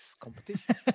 competition